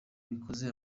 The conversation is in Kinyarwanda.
bikoze